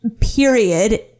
period